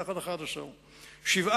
יחד, 11 מיליון קוב.